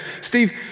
Steve